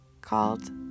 called